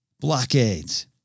blockades